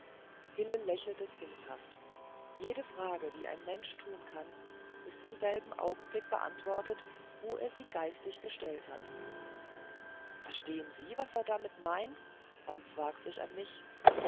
wieder sphinxhaft jede frage die ein mensch tun kann ist im selben augenblick beantwortet wo er sie geistig gestellt hat verstehen sie was er damit meint wandte sich zwakh an mich